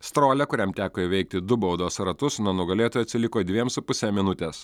strolia kuriam teko įveikti du baudos ratus nuo nugalėtojo atsiliko dviem su puse minutės